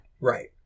Right